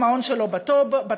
המעון שלו בטאבו,